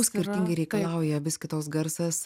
skirtingai reikalauja vis kitoks garsas